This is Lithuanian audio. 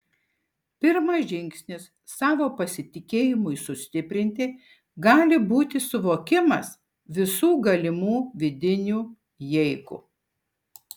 pirmas žingsnis savo pasitikėjimui sustiprinti gali būti suvokimas visų galimų vidinių jeigu